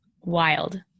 wild